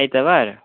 आइतबार